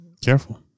Careful